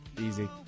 Easy